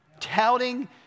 touting